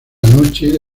noche